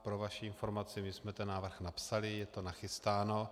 Pro vaši informaci my jsme ten návrh napsali, je to nachystáno.